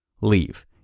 Leave